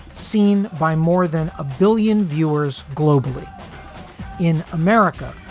seen by more than a billion viewers globally in america.